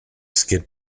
skid